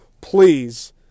please